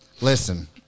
listen